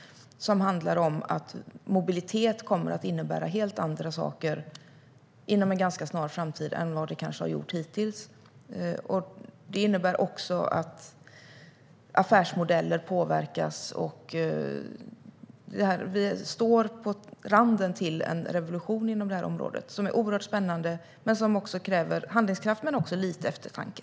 Det handlar om att mobilitet kanske kommer att innebära helt andra saker inom en ganska snar framtid än vad det kanske har gjort hittills. Det innebär också att affärsmodeller påverkas. Vi står på randen till en revolution inom det här området, som är oerhört spännande men som kräver handlingskraft och även lite eftertanke.